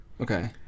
Okay